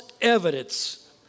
evidence